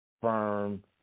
firm